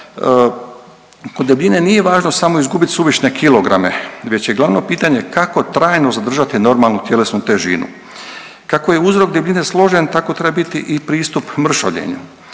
kod debljine nije važno samo izgubit suvišne kilograme već je glavno pitanje kako trajno zadržati normalnu tjelesnu težinu. Kako je uzrok debljine složen tako treba biti i pristup mršavljenju.